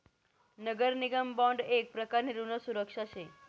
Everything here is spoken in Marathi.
नगर निगम बॉन्ड येक प्रकारनी ऋण सुरक्षा शे